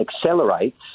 accelerates